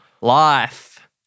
life